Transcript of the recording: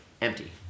Empty